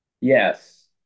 Yes